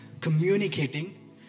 communicating